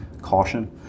caution